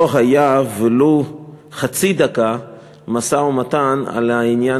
לא היה ולו חצי דקה משא-ומתן על העניין